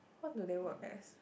what do they work as